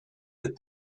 that